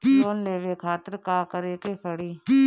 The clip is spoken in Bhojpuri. लोन लेवे खातिर का करे के पड़ी?